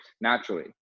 Naturally